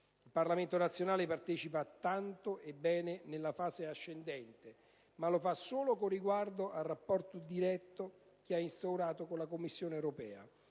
Il Parlamento nazionale partecipa tanto e bene nella fase ascendente, ma lo fa solo con riguardo al rapporto diretto che ha instaurato con la Commissione europea,